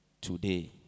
today